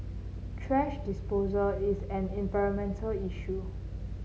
thrash disposal is an environmental issue